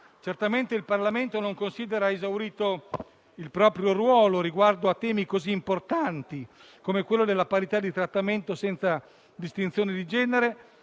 Certamente il Parlamento non considera esaurito il proprio ruolo riguardo a temi così importanti, come quello della parità di trattamento senza distinzione di genere